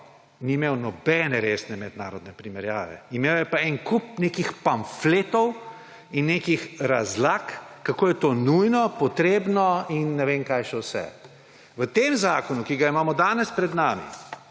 ni imel nobene resne mednarodne primerjave, imel je pa en kup nekih pamfletov in nekih razlag, kako je to nujno potrebno in ne vem kaj še vse. V tem zakonu, ki je danes pred nami,